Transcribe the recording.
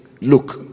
look